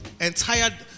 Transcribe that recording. entire